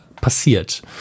passiert